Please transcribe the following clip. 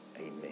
Amen